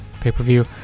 pay-per-view